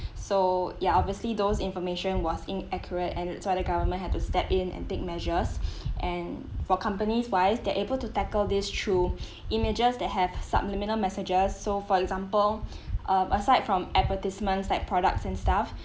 so ya obviously those information was inaccurate and thats why the government had to step in and take measures and for companies wise they're able to tackle this true images that have subliminal messages so for example um aside from advertisements like products and stuff